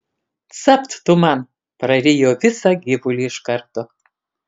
capt tu man prarijo visą gyvulį iš karto